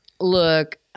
look